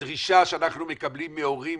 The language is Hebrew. הדרישה שאנחנו מקבלים מהורים